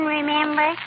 remember